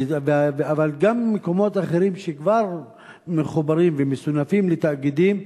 אבל גם מקומות אחרים שכבר מחוברים ומסונפים לתאגידים,